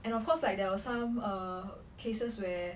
and of course like there was some err cases where